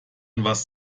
etwas